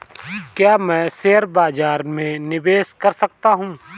क्या मैं शेयर बाज़ार में निवेश कर सकता हूँ?